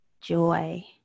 joy